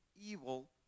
evil